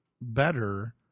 better